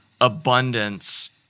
abundance